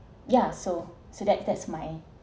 yeah so so that that's my